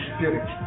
Spirit